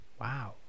Wow